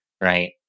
Right